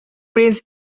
prince